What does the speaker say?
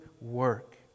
work